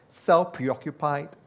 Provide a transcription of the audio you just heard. self-preoccupied